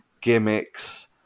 gimmicks